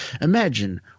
Imagine